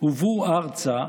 הובאו ארצה,